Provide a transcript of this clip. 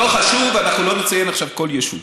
לא חשוב, אנחנו לא נציין עכשיו כל יישוב.